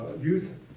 youth